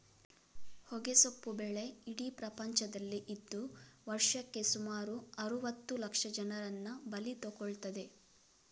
ಹೊಗೆಸೊಪ್ಪು ಬೆಳೆ ಇಡೀ ಪ್ರಪಂಚದಲ್ಲಿ ಇದ್ದು ವರ್ಷಕ್ಕೆ ಸುಮಾರು ಅರುವತ್ತು ಲಕ್ಷ ಜನರನ್ನ ಬಲಿ ತಗೊಳ್ತದೆ